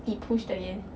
it pushed again